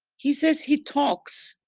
he says, he talks.